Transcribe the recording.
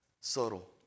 subtle